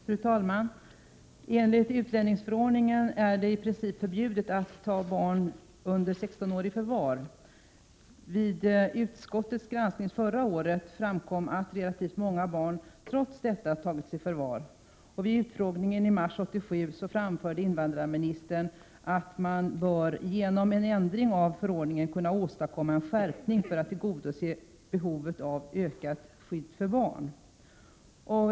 Fru talman! Enligt utlänningsförordningen är det i princip förbjudet att ta barn under 16 år i förvar. Vid utskottets granskning förra året framkom att relativt många barn trots detta tagits i förvar. Vid en utfrågning i mars 1987 anförde invandrarministern att man bör ”genom en ändring av förordningen kunna åstadkomma en skärpning för att tillgodose behovet av ökat skydd för barn”.